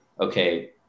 okay